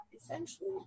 essentially